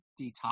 detox